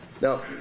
Now